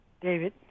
David